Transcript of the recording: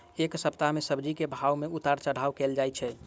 एक सप्ताह मे सब्जी केँ भाव मे उतार चढ़ाब केल होइ छै?